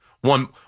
One